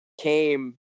came